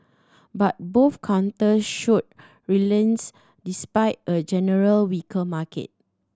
but both counter showed resilience despite a generally weaker market